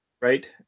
right